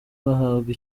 bahabwa